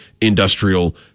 Industrial